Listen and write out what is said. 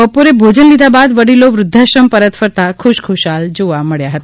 બપોરે ભોજન લીધા બાદ વડીલો વૃધ્ધાશ્રમ પરત ફરતા ખુશખુશાલ દેખાતા હતા